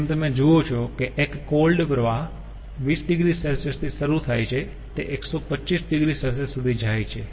જેમ તમે જુઓ છો કે એક કોલ્ડ પ્રવાહ 20 oC થી શરૂ થાય છે તે 125 oC સુધી જાય છે